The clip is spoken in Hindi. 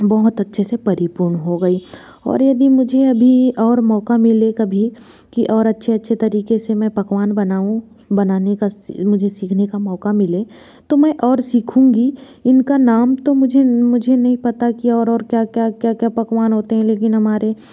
बहुत अच्छे से परिपूर्ण हो गई और यदि मुझे अभी और मौका मिले कभी कि और अच्छे अच्छे तरीके से मैं पकवान बनाऊं बनाने का स मुझे सीखने का मौका मिले तो मैं और सीखूंगी इनका नाम तो मुझे मुझे नहीं पता कि और और क्या क्या क्या क्या पकवान होते हैं लेकिन हमारे